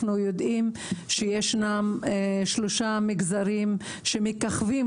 אנחנו יודעים שישנם שלושה מגזרים ש"מככבים",